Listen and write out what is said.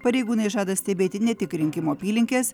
pareigūnai žada stebėti ne tik rinkimų apylinkės